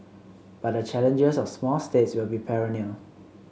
but the challenges of small states will be perennial